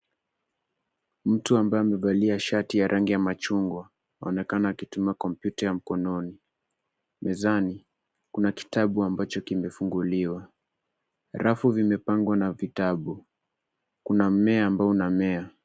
Mtu ambaye amevalia shati ya rangi ya machungwa anaonekana akitumia kompyuta ya mkononi, mezani kuna kitabu ambacho kimefunguliwa , rafu zimepangwa na vitabu. Kuna mmea ambao unamea.